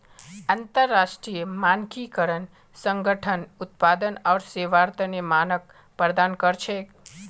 अंतरराष्ट्रीय मानकीकरण संगठन उत्पाद आर सेवार तने मानक प्रदान कर छेक